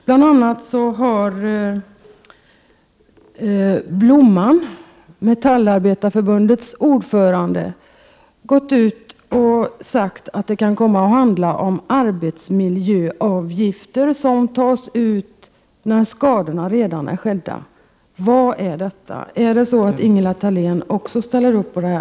Bl.a. har ”Blomman”, Metallarbetareförbundets ordförande, sagt att det kan komma att handla om arbetsmiljöavgifter som tas ut när skadorna redan är skedda. Vad är detta? Ställer också Ingela Thalén upp på det?